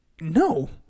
No